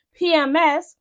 PMS